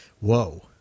whoa